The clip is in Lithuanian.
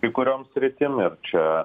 kai kuriom sritim ir čia